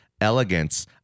Elegance